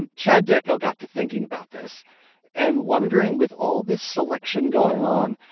and chad dechow got to thinking about this and wondering, with all this selection going on,